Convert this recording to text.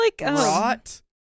rot